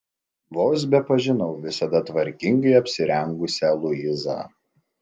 vos bepažinau visada tvarkingai apsirengusią luizą